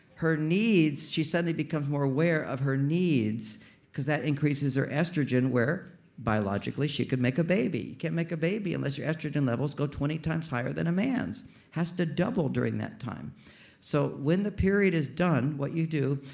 her needs, she suddenly becomes more aware of her needs cause that increases her estrogen, where biologically, she could make a baby. you can't make a baby unless your estrogen levels goes twenty times higher than a man's. it has to double during that time so when the period is done, what you do,